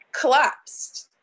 collapsed